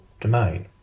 domain